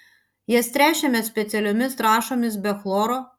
jas tręšiame specialiomis trąšomis be chloro